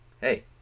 Hey